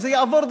זה יעבור,